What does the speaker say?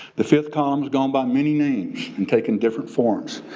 the fifth columns gone by many names and taken different forms.